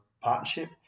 partnership